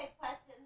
questions